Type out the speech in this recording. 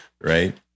Right